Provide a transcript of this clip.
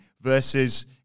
versus